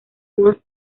unos